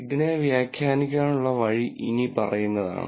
ഇതിനെ വ്യാഖ്യാനിക്കാനുള്ള വഴി ഇനിപ്പറയുന്നതാണ്